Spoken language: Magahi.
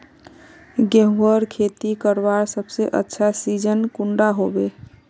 गेहूँर खेती करवार सबसे अच्छा सिजिन कुंडा होबे?